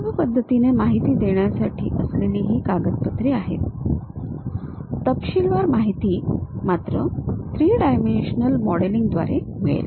सुलभ पद्धतीने माहिती देण्यासाठी असलेली ही कागदपत्रे आहेत तपशीलवार माहिती मात्र 3 डायमेन्शनल मॉडेलिंगद्वारे मिळेल